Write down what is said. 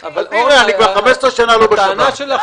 אורנה, כבר 15 שנה אני לא בשב"כ.